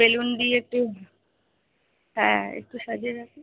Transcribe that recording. balloon দিয়ে একটু হ্যাঁ একটু সাজিয়ে রাখিস